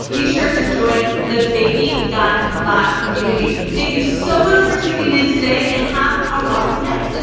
be sure to join the baby got bot community. thank you so much for tuning in today. and have a rocking day.